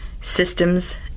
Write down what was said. systems